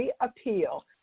appeal